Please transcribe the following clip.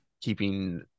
keeping